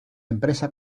empresa